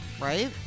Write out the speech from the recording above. Right